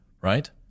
right